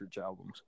albums